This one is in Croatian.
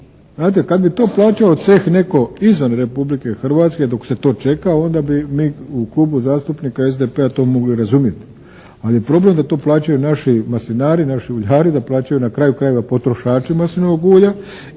kad bi to plaćao ceh netko izvan Republike Hrvatske dok se to čeka onda bi mi u Klubu zastupnika SDP-a to mogli razumjeti. Ali je problem da to plaćaju naši maslinari, naši uljari, da plaćaju na kraju krajeva potrošači maslinovog ulja